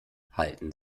halten